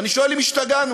ואני שואל: האם השתגענו?